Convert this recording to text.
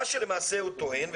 מה שלמעשה הוא טוען,